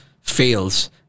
fails